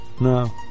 no